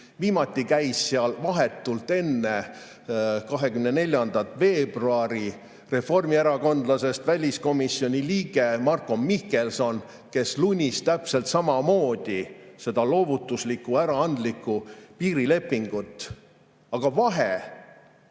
Viimati käis seal vahetult enne 24. veebruari reformierakondlasest väliskomisjoni liige Marko Mihkelson, kes lunis täpselt samamoodi seda loovutuslikku, äraandlikku piirilepingut. Aga vahe